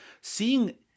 seeing